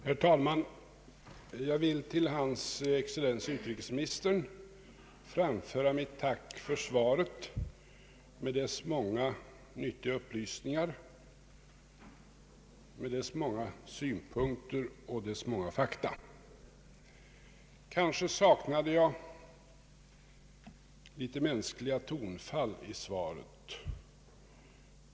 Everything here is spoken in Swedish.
Herr talman! Jag vill till hans excellens utrikesministern framföra mitt tack för svaret med dess många nyttiga upplysningar, med dessa många synpunkter och dess många fakta. Kanske saknade jag litet mänskliga tonfall i svaret.